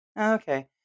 okay